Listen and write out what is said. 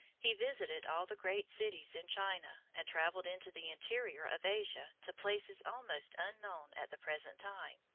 he visited all the great cities in china, and traveled into the interior of asia to places almost unknown at the present time.